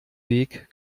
weg